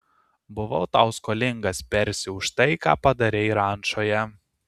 buvau tau skolingas persi už tai ką padarei rančoje